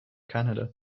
canada